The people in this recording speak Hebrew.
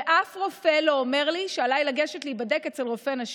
ואף רופא לא אומר לי שעליי לגשת להיבדק אצל רופא נשים.